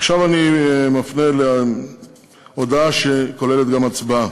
עכשיו אני מפנה להודעה שכוללת גם הצבעה.